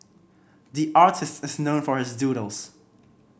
the artist is known for his doodles